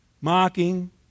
mocking